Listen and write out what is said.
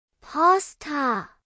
Pasta